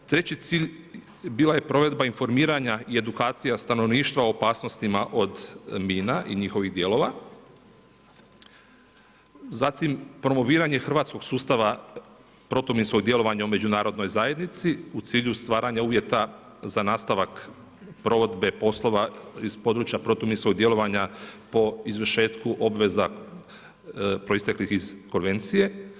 Treći cilj bila je provedba informiranja i edukacija stanovništva o opasnostima od mina i njihovih dijelova, zatim promoviranje hrvatskog sustava, protuminskog djelovanja u međunarodnoj zajednici, u cilju stvaranja uvjeta, za nastavak provedbe poslova iz područja protuminskog djelovanja po završetku obveza proisteklih iz konvencije.